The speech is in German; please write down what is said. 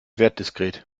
wertdiskret